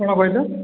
କଣ କହିଲ